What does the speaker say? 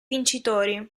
vincitori